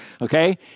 okay